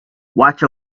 watch